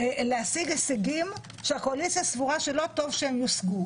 להשיג הישגים שהקואליציה סבורה שלא טוב שהם יושגו.